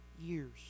years